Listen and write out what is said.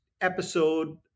episode